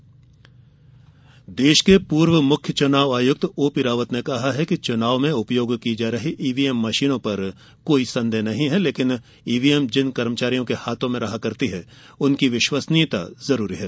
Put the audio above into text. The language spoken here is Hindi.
पूर्व चुनाव आयुक्त देश के पूर्व मुख्य चुनाव आयुक्त ओ पी रावत ने कहा है कि चुनाव में उपयोग की जा रही ईवीएम मशीनो पर कोइ संदेह नहीं है लेकिन ईवीएम जिन कर्मचारियों के हाथों में रहती है उनकी विश्वसनीयता जरूरी है